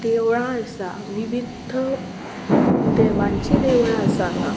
देवळां आसा विविध देवांचीं देवळां आसा हांगा